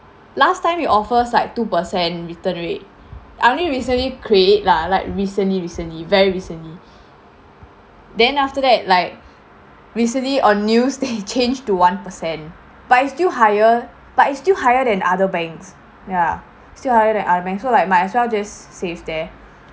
last time it offers like two percent return rate I only recently create lah like recently recently very recently then after that like recently on news they change to one percent but it's still higher but it's still higher than other banks ya still higher than other banks so like might as well just s~ save there